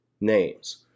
names